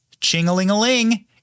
ching-a-ling-a-ling